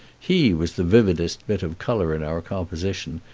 he was the vividest bit of color in our composition,